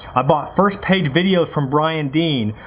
i bought first page videos from brian dean.